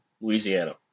Louisiana